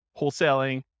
wholesaling